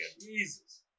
Jesus